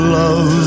love